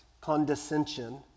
condescension